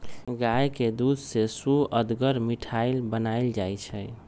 गाय के दूध से सुअदगर मिठाइ बनाएल जाइ छइ